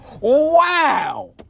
Wow